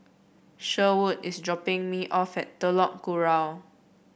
Sherwood is dropping me off at Telok Kurau